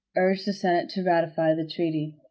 urged the senate to ratify the treaty.